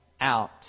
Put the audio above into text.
out